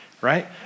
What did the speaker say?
Right